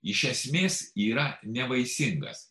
iš esmės yra nevaisingas